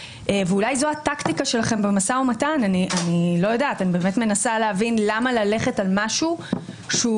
לא, אני אמרתי במפורש שהוא התנגד.